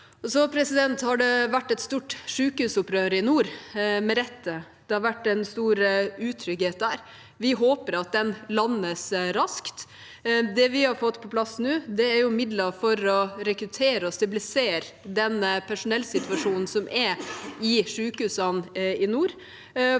I nord har det vært et stort sykehusopprør, med rette. Det har vært en stor utrygghet der. Vi håper at den landes raskt. Det vi har fått på plass nå, er midler til å rekruttere og stabilisere denne personellsituasjonen som er i sykehusene i nord,